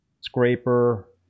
scraper